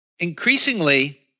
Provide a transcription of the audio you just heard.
increasingly